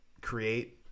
create –